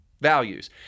values